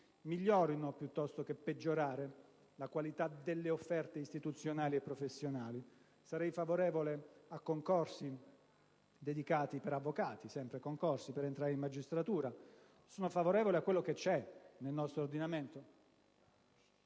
migliorino piuttosto che peggiorare la qualità delle offerte istituzionali e professionali. Sarei favorevole a concorsi dedicati per avvocati per entrare in magistratura. Sono favorevole a quello che c'è già nel nostro ordinamento,